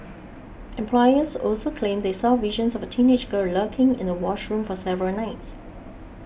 employees also claimed they saw visions of a teenage girl lurking in the washroom for several nights